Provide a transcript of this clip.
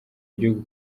igihugu